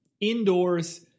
indoors